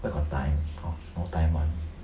where got time for full time one